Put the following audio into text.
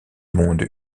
monde